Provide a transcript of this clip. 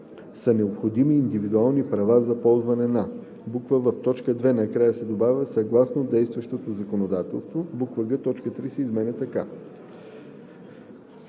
„са необходими индивидуални права за ползване на“; в) в т. 2 накрая се добавя „съгласно действащото законодателство“; г) точка 3 се изменя така: